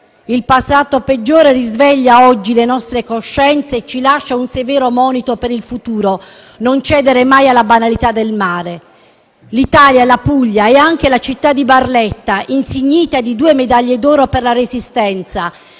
Il passato peggiore risveglia oggi le nostre coscienze e ci lascia un severo monito per il futuro: non cedere mai alla banalità del male. L'Italia, la Puglia, e anche la città di Barletta - insignita di due medaglie d'oro per la Resistenza